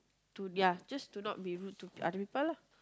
to ya just to not be rude to other people lah